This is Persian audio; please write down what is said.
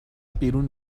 بیرون